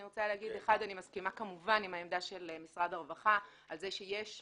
אני רוצה להגיד שאני מסכימה כמובן עם העמדה של משרד כהרווחה על זה שיש,